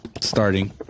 starting